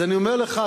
אז אני אומר לך,